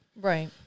Right